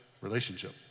relationship